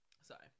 sorry